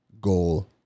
goal